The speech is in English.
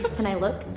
but can i look?